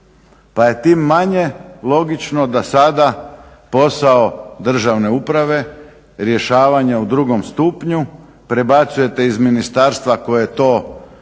pa je tim manje logično da sada posao državne uprave rješavanja u drugom stupnju prebacujete iz ministarstva koje to smije